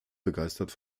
begeistert